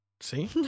See